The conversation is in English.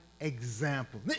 example